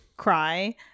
cry